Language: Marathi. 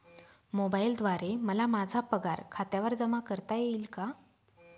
मोबाईलद्वारे मला माझा पगार खात्यावर जमा करता येईल का?